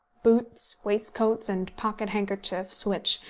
boots, waistcoats, and pocket-handkerchiefs, which,